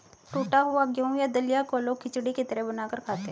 टुटा हुआ गेहूं या दलिया को लोग खिचड़ी की तरह बनाकर खाते है